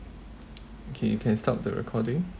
okay you can stop the recording